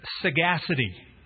sagacity